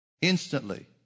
instantly